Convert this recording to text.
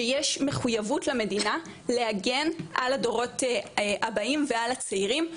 שיש מחויבות למדינה להגן על הדורות הבאים ועל הצעירים,